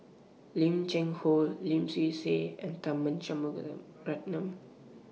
Lim Cheng Hoe Lim Swee Say and Tharman Shanmugaratnam